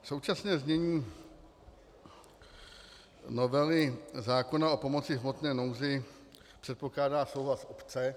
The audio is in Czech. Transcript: Současné znění novely zákona o pomoci v hmotné nouzi předpokládá souhlas obce.